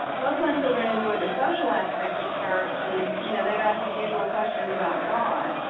both my children enjoy the social aspect of church and, you know, they've asked the usual questions about god,